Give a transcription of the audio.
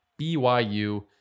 BYU